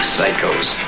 psychos